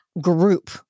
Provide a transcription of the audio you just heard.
group